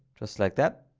just like that.